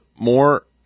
more